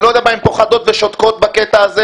אני לא יודע למה הן פוחדות ושותקות בקטע הזה.